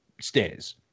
stairs